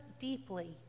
deeply